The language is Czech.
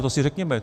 To si řekněme.